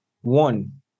One